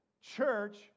church